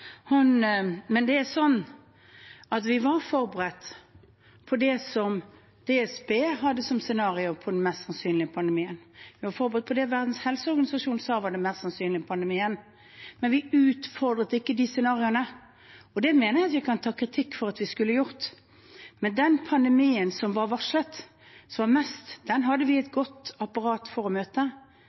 Men vi var forberedt på det som DSB hadde som scenario for den mest sannsynlige pandemien. Vi var forberedt på det Verdens helseorganisasjon sa var den mest sannsynlig pandemien, men vi utfordret ikke de scenarioene. Det mener jeg at vi kan ta kritikk for at vi skulle gjort. Den pandemien som var mest varslet, hadde vi et godt apparat for å møte,